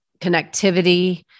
connectivity